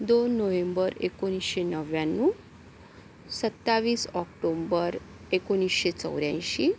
दोन नोव्हेंबर एकोणीसशे नव्याण्णव सत्तावीस ऑक्टोम्बर एकोणीसशे चौऱ्याऐंशी